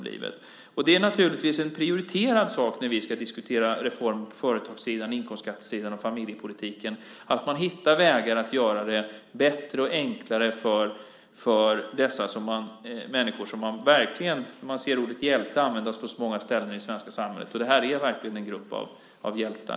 Det är naturligtvis en prioriterad sak när vi ska diskutera reformer på företagssidan, inkomstskattesidan och i familjepolitiken att man hittar vägar att göra det bättre och enklare för dessa människor som verkligen är hjältar. Ordet hjälte används på så många ställen i det svenska samhället, och det här är verkligen en grupp hjältar.